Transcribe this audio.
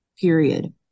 period